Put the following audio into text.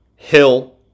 Hill